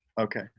Okay